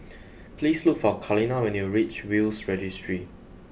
please look for Kaleena when you reach Will's Registry